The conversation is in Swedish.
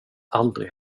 aldrig